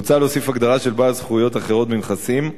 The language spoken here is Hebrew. מוצע להוסיף הגדרה של "בעל זכויות אחרות בנכסים"